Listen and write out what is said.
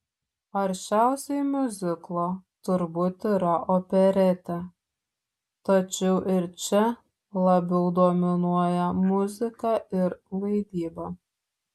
arčiausiai miuziklo turbūt yra operetė tačiau ir čia labiau dominuoja muzika ir vaidyba